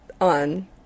on